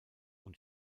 und